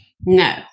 No